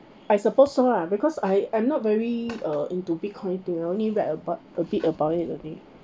I suppose so lah because I I'm not very uh into bitcoin thing I only read about a bit about it only